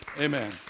Amen